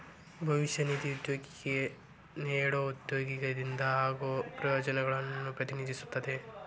ಭವಿಷ್ಯ ನಿಧಿ ಉದ್ಯೋಗಿಗೆ ನೇಡೊ ಉದ್ಯೋಗದಿಂದ ಆಗೋ ಪ್ರಯೋಜನಗಳನ್ನು ಪ್ರತಿನಿಧಿಸುತ್ತದೆ